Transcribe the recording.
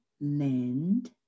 land